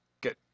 Good